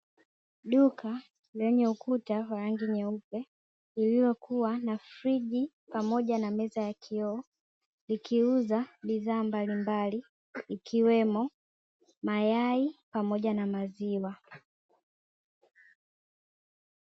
Duka lenye ukuta wa rangi nyeupe lililo kuwa na friji pamoja na meza ya kioo likiuza bidhaa mbalimbali ikiwemo mayai pamoja na maziwa.